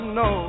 no